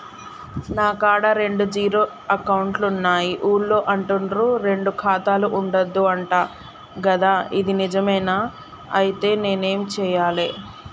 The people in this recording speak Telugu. నా కాడా రెండు జీరో అకౌంట్లున్నాయి ఊళ్ళో అంటుర్రు రెండు ఖాతాలు ఉండద్దు అంట గదా ఇది నిజమేనా? ఐతే నేనేం చేయాలే?